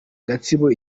gatsibo